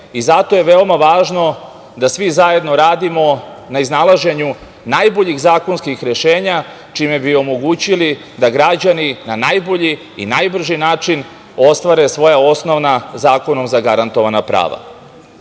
i zato je veoma važno da svi zajedno radimo na iznalaženju najboljih zakonskih rešenja, čime bi omogućili da građani na najbolji i najbrži način ostvare svoje osnovna zakonom zagarantovana